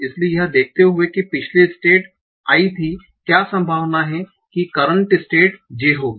इसलिए यह देखते हुए कि पिछली स्टेट i थी क्या संभावना है कि करंट स्टेट j होगी